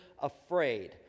afraid